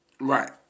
Right